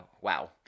wow